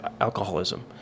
alcoholism